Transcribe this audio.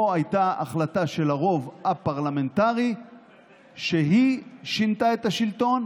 פה הייתה החלטה של הרוב הפרלמנטרי ששינתה את השלטון,